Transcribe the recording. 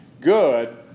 Good